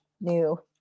new